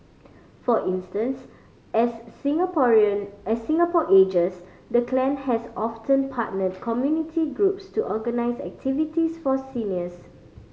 for instance as Singapore a Singapore ages the clan has often partnered community groups to organise activities for seniors